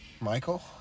Michael